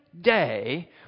day